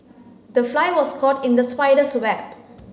the fly was caught in the spider's web